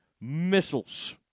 missiles